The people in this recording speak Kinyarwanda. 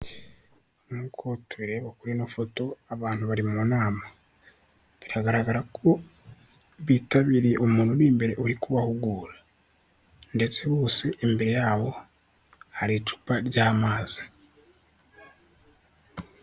Nk'uko tubireba kuri ino foto abantu bari mu nama, biragaragara ko bitabiriye umuntu uri imbere uri kubahugura ndetse bose imbere yabo hari icupa ry'amazi.